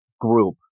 group